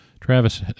Travis